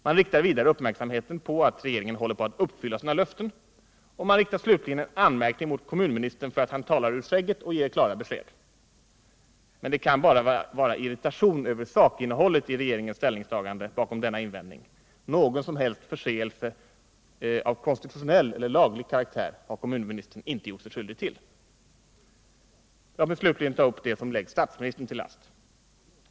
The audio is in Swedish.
Man riktar vidare uppmärksamheten på att regeringen håller på att uppfylla sina löften, och man riktar slutligen en anmärkning mot kommunministern för att han talat ur skägget och givit klara besked. Men det kan bara vara irritation över sakinnehållet i regeringens ställningstagande som ligger bakom denna invändning — någon som helst förseelse av konstitutionell karaktär har kommunministern inte gjort sig skyldig till. Låt mig så slutligen ta upp det som läggs statsministern till last.